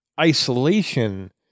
isolation